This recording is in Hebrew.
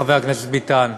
חבר הכנסת ביטן,